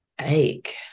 ache